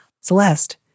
Celeste